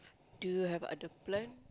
do you have other plan